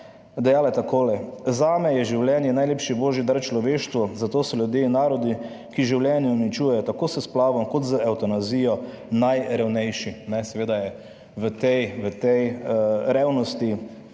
Dejala je tako: »Zame je življenje najlepši božji dar človeštvu, zato so ljudje in narodi, ki življenje uničujejo tako s splavom kot z evtanazijo, najrevnejši.« Seveda je v tej revnosti